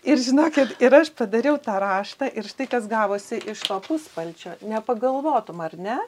ir žinokit ir aš padariau tą raštą ir štai kas gavosi iš to puspalčio nepagalvotum ar ne